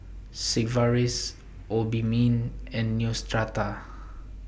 Sigvaris Obimin and Neostrata